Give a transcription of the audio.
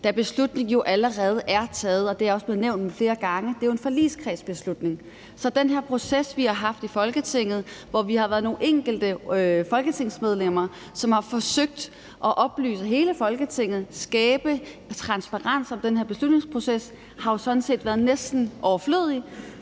da beslutningen jo allerede er taget, og det er også blevet nævnt flere gange. Det er jo en forligskredsbeslutning. Så den her proces, vi har haft i Folketinget, hvor vi har været nogle enkelte folketingsmedlemmer, som har forsøgt at oplyse hele Folketinget, skabe transparens i den her beslutningsproces, har jo sådan set været næsten overflødig,